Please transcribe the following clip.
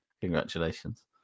Congratulations